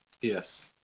Yes